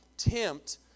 Tempt